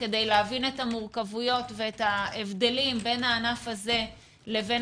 כדי להבין את המורכבויות ואת ההבדלים בין הענף הזה לבין